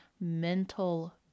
mental